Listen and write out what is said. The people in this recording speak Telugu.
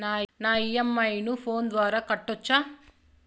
నా ఇ.ఎం.ఐ ను ఫోను ద్వారా కట్టొచ్చా?